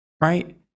right